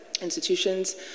institutions